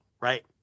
right